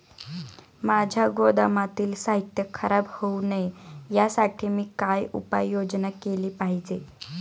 माझ्या गोदामातील साहित्य खराब होऊ नये यासाठी मी काय उपाय योजना केली पाहिजे?